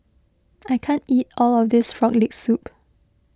I can't eat all of this Frog Leg Soup